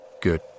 good